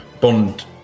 Bond